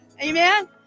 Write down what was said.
Amen